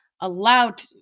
allowed